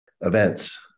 events